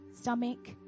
stomach